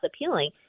appealing